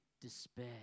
despair